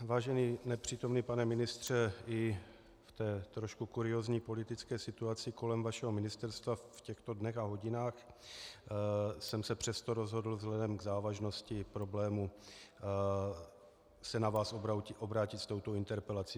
Vážený nepřítomný pane ministře i v té trošku kuriózní politické situaci kolem vašeho ministerstva v těchto dnech a hodinách jsem se přesto rozhodl vzhledem k závažnosti problému se na vás obrátit s touto interpelací.